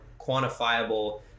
quantifiable